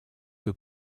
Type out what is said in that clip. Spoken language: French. que